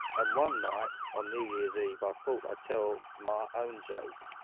and one night on new year's eve i thought i'd tell my own joke.